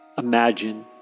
Imagine